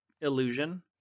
illusion